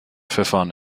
verfahren